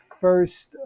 first